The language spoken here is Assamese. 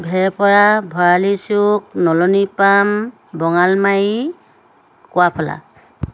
ভেৰপৰা ভৰালি চুক নলনি পাম বঙালমাৰি কোৱাফলা